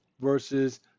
versus